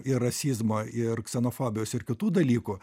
ir rasizmo ir ksenofobijos ir kitų dalykų